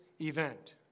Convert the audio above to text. event